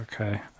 okay